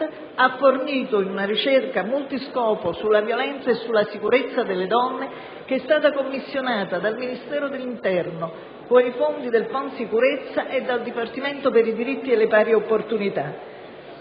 ha fornito in una ricerca multiscopo sulla violenza e sulla sicurezza delle donne, che è stata commissionata dal Ministero dell'interno con i fondi del PON sicurezza e dal Dipartimento per i diritti e le pari opportunità.